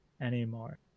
anymore